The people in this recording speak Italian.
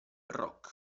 rock